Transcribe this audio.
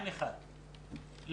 עין אחת,